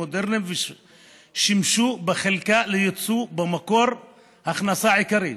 מודרניים, ושימשה בחלקה ליצוא ומקור הכנסה עיקרי.